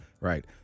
right